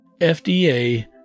FDA